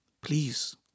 Please